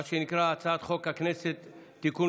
מה שנקרא הצעת חוק הכנסת (תיקון,